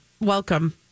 welcome